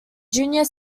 junior